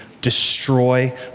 destroy